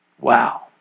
Wow